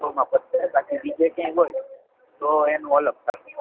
સોમાં પતશે બાકી બીજે કયાય હોય તો એનો અલગ શે